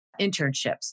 internships